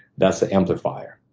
that's the amplifier.